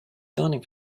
dining